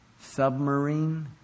Submarine